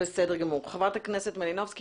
חברת הכנסת מלינובסקי,